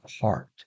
heart